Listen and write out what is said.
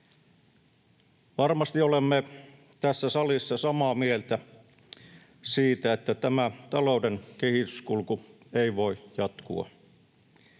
Varmasti olemme tässä salissa samaa mieltä siitä, että tämä talouden kehityskulku ei voi jatkua.